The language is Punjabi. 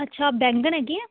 ਅੱਛਾ ਬੈਂਗਣ ਹੈਗੇ ਹੈ